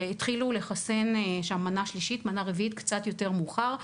כשהתחילו לחסן שם במנה השלישית ובמנה הרביעית קצת יותר מאוחר.